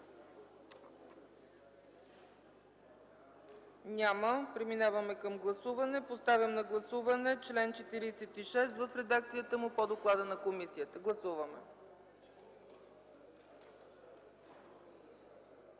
Няма. Преминаваме към гласуване. Поставям на гласуване чл. 46 в редакцията му по доклада на комисията. Гласуваме.